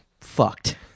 fucked